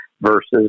versus